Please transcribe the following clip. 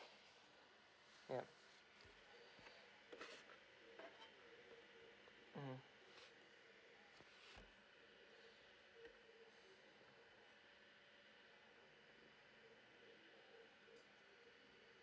yup mmhmm